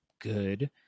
good